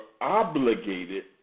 obligated